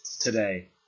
today